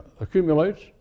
accumulates